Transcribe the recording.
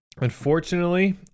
Unfortunately